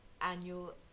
annual